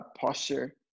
posture